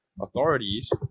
authorities